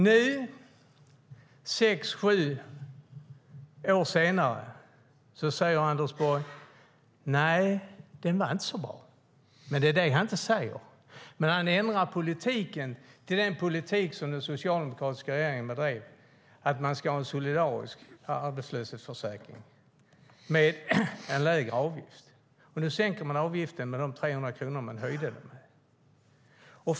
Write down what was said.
Nu, sex sju år senare, säger Anders Borg: Nej, den var inte så bra. Eller rättare sagt säger han inte det, men han ändrar politiken till den politik som den socialdemokratiska regeringen bedrev - en solidarisk arbetslöshetsförsäkring med en lägre avgift. Nu sänker man avgiften med de 300 kronor man höjde den med.